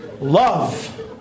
love